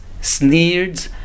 sneered